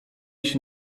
się